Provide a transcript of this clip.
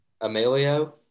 Emilio